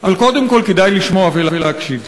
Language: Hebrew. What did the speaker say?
אבל קודם כול כדאי לשמוע ולהקשיב.